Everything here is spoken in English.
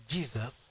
Jesus